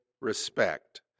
respect